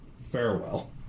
Farewell